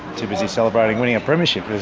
too busy celebrating winning a premiership,